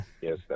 yes